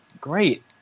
great